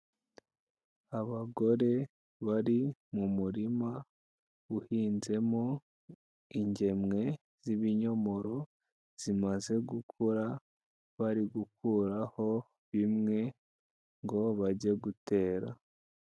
Abagore bari mu murima uhinzemo ingemwe z'ibinyomoro zimaze gukura, bari gukuraho bimwe ngo bajye gutera.